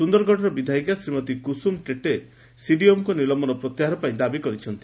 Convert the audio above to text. ସୁନ୍ଦରଗଡ଼ର ବିଧାୟିକା ଶ୍ରୀମତୀ କୁସୁମ ଟେଟେ ସିଡିଏମ୍ଓଙ୍କ ନିଲମ୍ୟନ ପ୍ରତ୍ୟାହାର ପାଇଁ ଦାବି କରିଛନ୍ତି